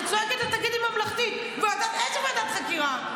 אני צועקת לה: תגידי "ממלכתית", איזו ועדת חקירה?